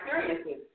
experiences